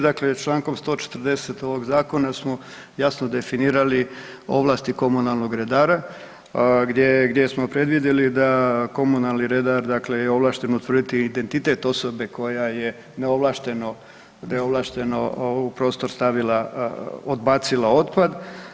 Dakle, čl. 140. ovog zakona smo jasno definirali ovlasti komunalnog redara gdje smo predvidjeli da komunalni redar je ovlašten utvrditi identitet osobe koja je neovlašteno u prostor stavila odbacila otpad.